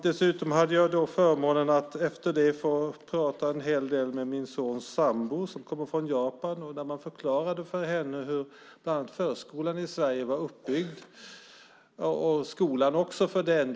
Dessutom hade jag förmånen att efteråt få prata en hel del med min sons sambo som kommer från Japan. När jag förklarade för henne hur bland annat förskolan och skolan är uppbyggd var det idel förvåning.